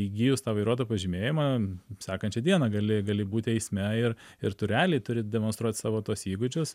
įgijus tą vairuotojo pažymėjimą sekančią dieną gali gali būti eisme ir ir tu realiai turi demonstruot savo tuos įgūdžius